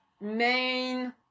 main